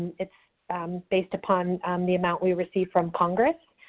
it's based upon the amount we receive from congress.